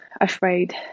afraid